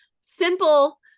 simple